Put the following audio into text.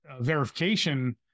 verification